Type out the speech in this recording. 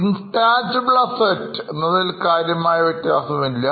Intangible Assets എന്നതിൽകാര്യമായ വ്യത്യാസമില്ല